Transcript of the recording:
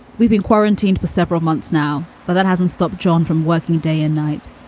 we've been quarantined for several months now, but that hasn't stopped john from working day and night.